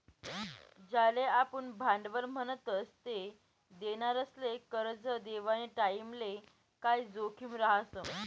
ज्याले आपुन भांडवल म्हणतस ते देनारासले करजं देवानी टाईमले काय जोखीम रहास